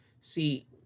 See